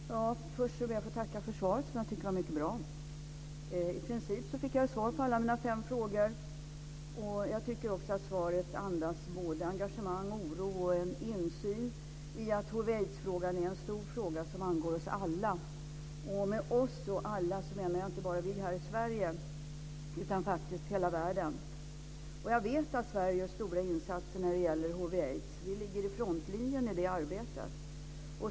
Herr talman! Först ber jag att få tacka för svaret, som jag tycker var mycket bra. I princip fick jag svar på alla mina fem frågor. Jag tycker också att svaret andas både engagemang och oro och en insikt i att hiv aids. Vi ligger i frontlinjen i det arbetet.